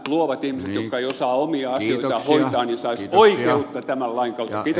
jotka eivät osaa omia asioitaan hoitaa saisivat oikeutta tämän lain kautta